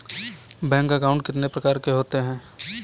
Bank account कितने प्रकार के होते हैं?